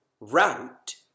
route